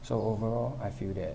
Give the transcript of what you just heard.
so overall I feel that